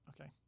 Okay